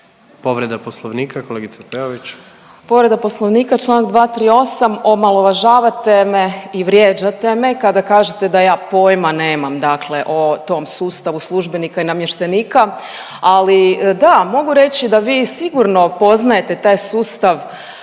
Peović. **Peović, Katarina (RF)** Povreda Poslovnika čl. 238., omalovažavate me i vrijeđate me kada kažete da ja pojma nemam dakle, o tom sustavu službenika i namještenika. Ali, da mogu reći da vi sigurno poznajete taj sustav